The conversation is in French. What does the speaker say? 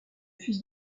fils